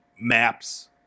Maps